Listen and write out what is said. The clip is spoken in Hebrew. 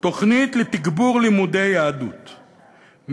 תוכנית לתגבור לימודי יהדות,